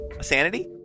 Sanity